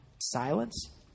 silence